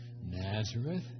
Nazareth